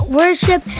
worship